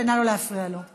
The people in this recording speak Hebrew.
ונא לא להפריע לו.